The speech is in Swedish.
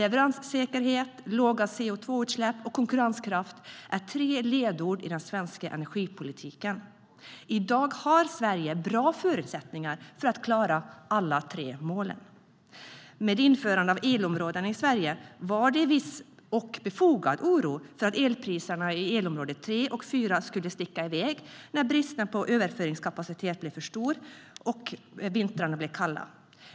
Leveranssäkerhet, låga CO2-utsläpp och konkurrenskraft är tre ledord i den svenska energipolitiken. I dag har Sverige bra förutsättningar för att klara alla tre målen. Med införandet av elområden i Sverige var det en viss och befogad oro för att elpriserna i elområde 3 och 4 skulle sticka i väg när bristen på överföringskapacitet blev för stor och vintrarna blev kalla.